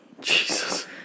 Jesus